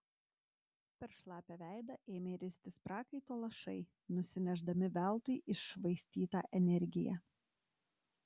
per šlapią veidą ėmė ristis prakaito lašai nusinešdami veltui iššvaistytą energiją